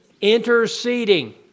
Interceding